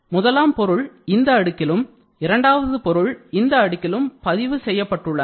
முதலாம் பொருள் இந்த அடுக்கிலும் இரண்டாவது பொருள் இந்த அடுக்கிலும் பதிவு செய்யப்பட்டுள்ளன